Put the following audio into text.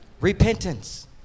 Repentance